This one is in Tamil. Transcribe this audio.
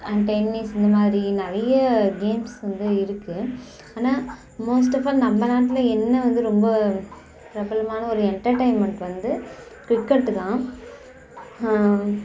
டென்னிஸ் இந்த மாதிரி நிறைய கேம்ஸ் வந்து இருக்குது ஆனால் மோஸ்ட் ஆஃப் ஆல் நம்ம நாட்டில் என்ன வந்து ரொம்ப பிரபலமான ஒரு என்டர்டெயின்மெண்ட் வந்து கிரிக்கெட்டு தான்